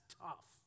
tough